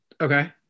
okay